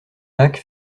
lac